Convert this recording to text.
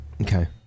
Okay